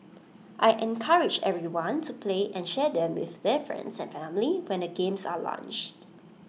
I encourage everyone to play and share them with their friends and family when the games are launched